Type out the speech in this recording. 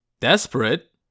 Desperate